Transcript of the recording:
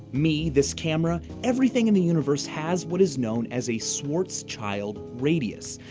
me, this camera everything in the yeah unvierse has what is known as a schwarzschild radius.